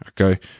Okay